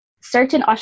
Certain